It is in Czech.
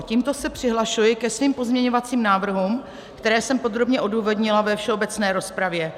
Tímto se přihlašuji ke svým pozměňovacím návrhům, které jsem podrobně odůvodnila ve všeobecné rozpravy.